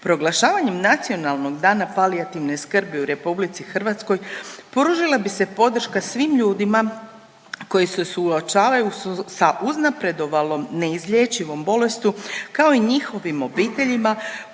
Proglašavanjem Nacionalnog dana palijativne skrbi u RH pružila bi se podrška svim ljudima koji se suočavaju sa uznapredovalom neizlječivom bolešću, kao i njihovim obiteljima,